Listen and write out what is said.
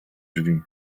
drzwi